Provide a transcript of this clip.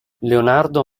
leonardo